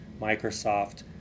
microsoft